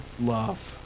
love